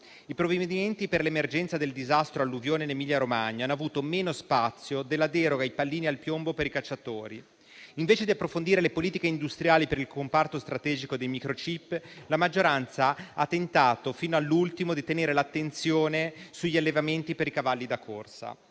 I provvedimenti per l'emergenza del disastro alluvionale in Emilia-Romagna hanno avuto meno spazio della deroga ai pallini al piombo per i cacciatori. Invece di approfondire le politiche industriali per il comparto strategico dei *microchip*, la maggioranza ha tentato fino all'ultimo di tenere l'attenzione sugli allevamenti per i cavalli da corsa.